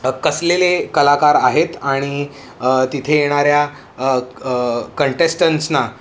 कसलेले कलाकार आहेत आणि तिथे येणाऱ्या कंटेस्टंट्सना